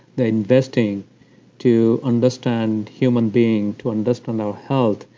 they're investing to understand human being, to understand our health.